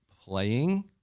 playing